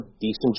decent